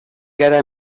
gara